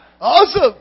Awesome